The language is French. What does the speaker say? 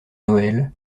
noël